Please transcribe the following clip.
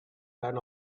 than